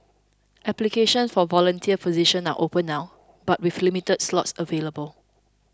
applications for volunteer positions are open now but with limited slots available